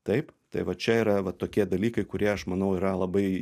taip tai va čia yra va tokie dalykai kurie aš manau yra labai